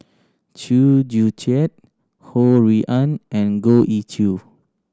Chew Joo Chiat Ho Rui An and Goh Ee Choo